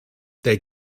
they